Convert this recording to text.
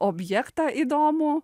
objektą įdomų